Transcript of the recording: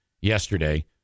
yesterday